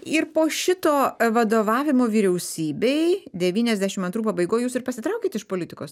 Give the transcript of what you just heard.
ir po šito vadovavimo vyriausybei devyniasdešim antrų pabaigoj jūs ir pasitraukėt iš politikos